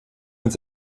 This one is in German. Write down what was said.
ins